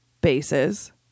bases